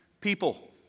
people